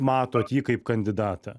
matot jį kaip kandidatą